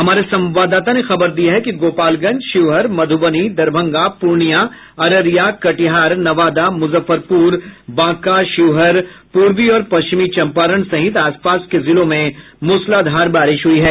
हमारे संवाददाता ने खबर दी है कि गोपालगंज शिवहर मधुबनी दरभंगा पूर्णिया अररिया कटिहार नवादा मुजफ्फरपुर बांका शिवहर पूर्वी और पश्चिमी चंपारण सहित आसपास के जिलों में मूसलाधार बारिश हुई है